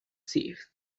seat